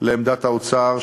לעמדת האוצר,